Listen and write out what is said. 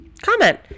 comment